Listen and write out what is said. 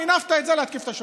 מינפת את זה להתקיף את השופטים.